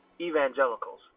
evangelicals